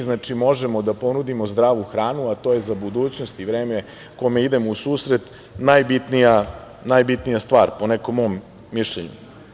Znači, mi možemo da ponudimo zdravu hranu, a to je za budućnost i vreme kome idemo u susret najbitnija stvar, po nekom mom mišljenju.